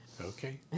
Okay